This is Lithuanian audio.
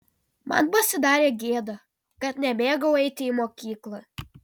man pasidarė gėda kad nemėgau eiti į mokyklą